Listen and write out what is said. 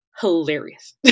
hilarious